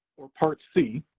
or part c,